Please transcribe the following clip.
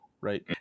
Right